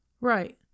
Right